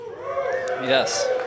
Yes